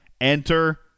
Enter